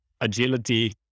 agility